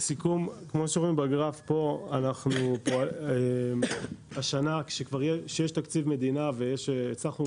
לסיכום כמו שרואים בגרף פה השנה כשכבר יש תקציב מדינה והצלחנו